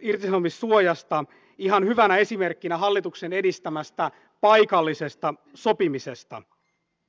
irtisanomissuojasta ihan hyvänä esimerkkinä hallituksen edistämästä paikallisesta sopimisesta